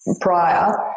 prior